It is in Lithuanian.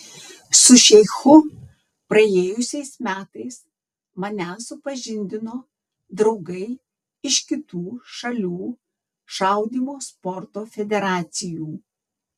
su šeichu praėjusiais metais mane supažindino draugai iš kitų šalių šaudymo sporto federacijų